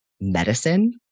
medicine